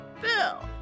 Bill